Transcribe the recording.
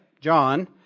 John